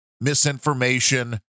misinformation